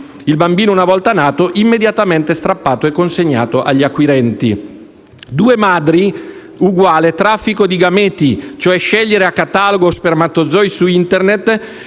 Il bambino, una volta nato, è immediatamente strappato e consegnato agli acquirenti. Due madri è uguale a traffico di gameti, cioè scegliere a catalogo spermatozoi su Internet